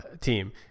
team